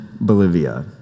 Bolivia